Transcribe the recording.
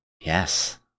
Yes